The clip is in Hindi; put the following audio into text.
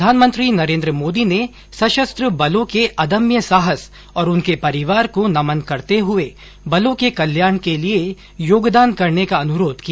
प्रधानमंत्री नरेन्द्र मोदी ने सशस्त्र बलों के अदम्य साहस और उनके परिवार को नमन करते हुए बलों के कल्याण के लिए योगदान करने का अनुरोध किया